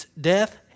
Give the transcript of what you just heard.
death